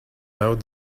out